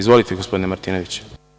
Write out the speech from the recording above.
Izvolite gospodine Martinoviću.